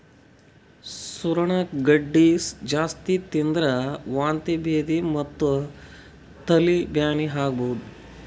ಸೂರಣ ಗಡ್ಡಿ ಜಾಸ್ತಿ ತಿಂದ್ರ್ ವಾಂತಿ ಭೇದಿ ಮತ್ತ್ ತಲಿ ಬ್ಯಾನಿ ಆಗಬಹುದ್